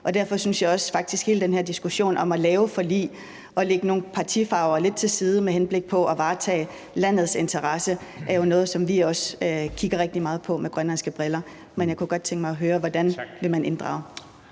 Derfor synes jeg faktisk også, at hele den her diskussion om at lave forlig og lægge nogle partifarver lidt til side med henblik på at varetage landets interesser jo er noget, vi også kigger rigtig meget på gennem grønlandske briller. Men jeg kunne godt tænke mig at høre, hvordan man vil inddrage.